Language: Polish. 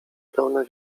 pełne